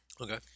Okay